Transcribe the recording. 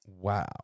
Wow